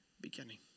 beginning